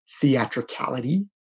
theatricality